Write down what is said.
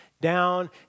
down